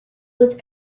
was